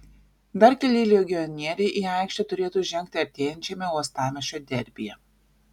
dar keli legionieriai į aikštę turėtų žengti artėjančiame uostamiesčio derbyje